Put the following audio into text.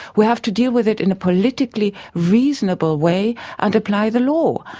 we have to deal with it in a politically reasonable way and apply the law,